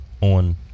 on